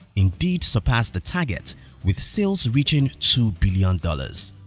indeed surpassed the target with sales reaching two billion dollars.